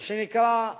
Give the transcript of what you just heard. מה שנקרא,